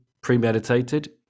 premeditated